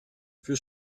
für